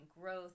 growth